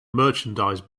merchandise